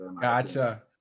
Gotcha